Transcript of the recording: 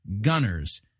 Gunners